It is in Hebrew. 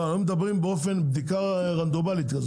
אנחנו מדברים על בדיקה רנדומלית.